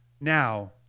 now